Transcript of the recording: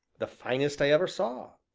the finest i ever saw.